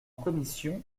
commission